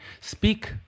speak